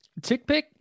TickPick